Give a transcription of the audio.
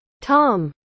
Tom